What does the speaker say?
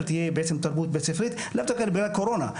תהיה בעצם תרבות בית ספרית לאו דווקא לגבי הקורונה.